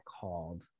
called